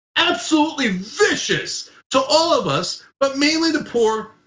absolutely vicious to all of us, but mainly the poor,